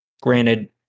Granted